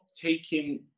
taking